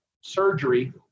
surgery